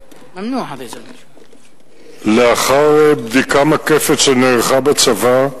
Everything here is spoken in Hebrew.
1 4. לאחר בדיקה מקפת שנערכה בצבא,